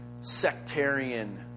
sectarian